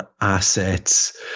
assets